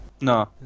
No